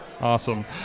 awesome